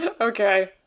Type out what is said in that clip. okay